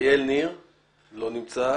אריאל ניר לא נמצא.